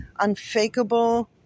unfakeable